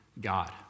God